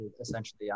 essentially